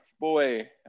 boy